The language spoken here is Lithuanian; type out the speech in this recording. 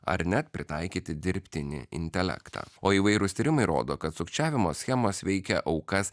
ar net pritaikyti dirbtinį intelektą o įvairūs tyrimai rodo kad sukčiavimo schemos veikia aukas